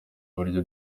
uburyo